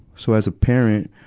so as a parent,